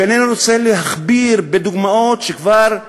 ואינני רוצה להכביר בדוגמאות שכבר,